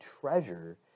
treasure